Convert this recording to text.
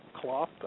cloth